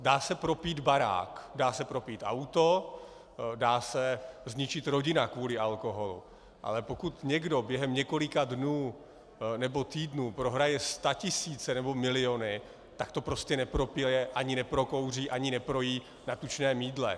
Dá se propít barák, dá se propít auto, dá se zničit rodina kvůli alkoholu, ale pokud někdo během několika dnů nebo týdnů prohraje statisíce nebo miliony, tak to prostě nepropije ani neprokouří ani neprojí na tučném jídle.